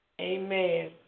Amen